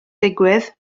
digwydd